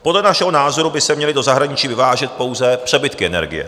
Podle našeho názoru by se měly do zahraničí vyvážet pouze přebytky energie.